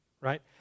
right